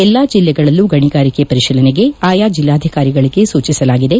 ಎಲ್ಲಾ ಜಲ್ಲಿಗಳಲ್ಲೂ ಗಣಿಗಾರಿಕೆ ಪರಿತೀಲನೆಗೆ ಆಯಾ ಜಲ್ಲಾಧಿಕಾರಿಗಳಿಗೆ ಸೂಚಿಸಲಾಗಿದೆ